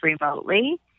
remotely